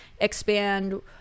expand